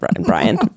Brian